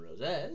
Roses